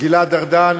גלעד ארדן,